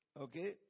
Okay